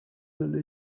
dalle